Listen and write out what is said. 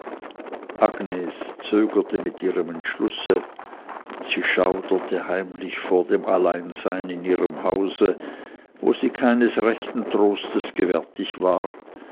agnes zögerte mit ihrem entschlusse sie schauderte heimlich vor dem alleinsein in ihrem hause wo sie keines rechten trostes gewärtig war